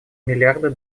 миллиарды